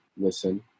listen